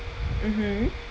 mmhmm